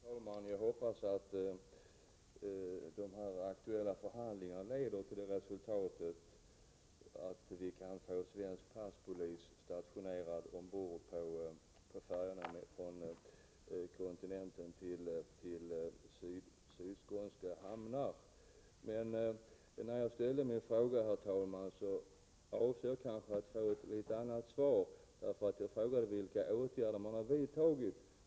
Herr talman! Jag hoppas att de aktuella förhandlingarna leder till resultatet att vi kan få svensk passpolis stationerad ombord på färjorna från kontinenten till sydskånska hamnar. När jag ställde min fråga hoppades jag att få ett något annat svar än det jag fått. Jag frågade nämligen vilka åtgärder man har vidtagit.